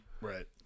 Right